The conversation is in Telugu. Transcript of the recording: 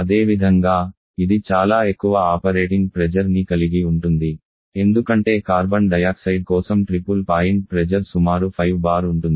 అదేవిధంగా ఇది చాలా ఎక్కువ ఆపరేటింగ్ ప్రెజర్ ని కలిగి ఉంటుంది ఎందుకంటే కార్బన్ డయాక్సైడ్ కోసం ట్రిపుల్ పాయింట్ ప్రెజర్ సుమారు 5 బార్ ఉంటుంది